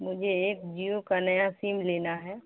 مجھے ایک جیو کا نیا سم لینا ہے